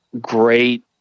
great